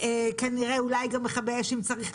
כנראה אולי את מכבי האש אם צריך,